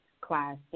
class